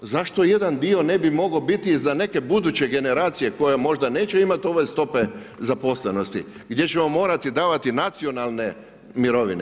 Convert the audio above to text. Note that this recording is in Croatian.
Zašto jedan dio ne bi mogao biti i za neke buduće generacije koje možda neće imati ove stope zaposlenosti, gdje ćemo morati davati nacionalne mirovine.